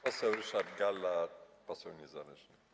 Poseł Ryszard Galla, poseł niezrzeszony.